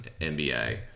NBA